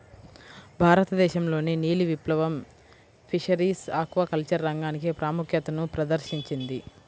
భారతదేశంలోని నీలి విప్లవం ఫిషరీస్ ఆక్వాకల్చర్ రంగానికి ప్రాముఖ్యతను ప్రదర్శించింది